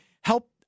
help